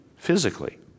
Physically